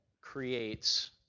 creates